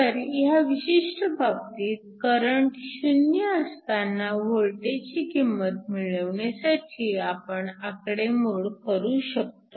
तर ह्या विशिष्ट बाबतीत करंट 0 असताना वोल्टेजची किंमत मिळवण्यासाठी आपण आकडेमोड करू शकतो